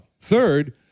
Third